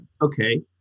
Okay